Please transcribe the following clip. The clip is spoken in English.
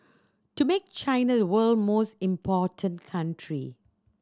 to make China the world most important country